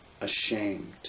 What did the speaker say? ashamed